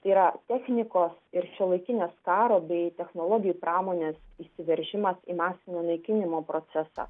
tai yra technikos ir šiuolaikinės karo bei technologijų pramonės įsiveržimas į masinio naikinimo procesą